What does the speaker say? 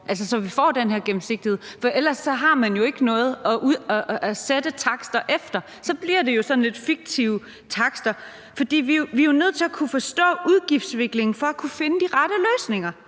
så vi får den her gennemsigtighed? For ellers har man jo ikke noget at sætte takster efter. Så bliver det jo sådan lidt fiktive takster. For vi er jo nødt til at kunne forstå udgiftsudviklingen for at kunne finde de rette løsninger.